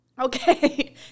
Okay